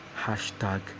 Hashtag